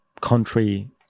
country